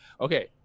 Okay